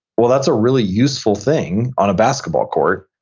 well that's a really useful thing on a basketball court,